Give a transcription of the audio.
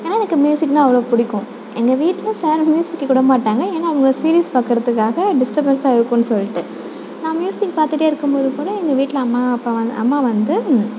ஏன்னால் எனக்கு மியூசிக்னால் அவ்வளோ பிடிக்கும் எங்கள் வீட்டில் சேனல் மியூசிக் வைக்க விட மாட்டாங்க ஏன்னால் அவங்க சீரிஸ் பார்க்கறதுக்காக டிஸ்டர்பன்ஸாக இருக்கும்ன் சொல்லிட்டு நான் மியூசிக் பார்த்துட்டே இருக்கும்போது கூட எங்கள் வீட்டில் அம்மா அப்பா வந்து அம்மா வந்து